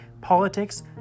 politics